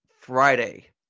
Friday